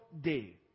Day